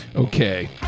Okay